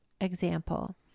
example